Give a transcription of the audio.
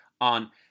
on